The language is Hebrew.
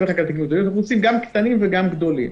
אז אנחנו עושים גם קטנים וגם גדולים,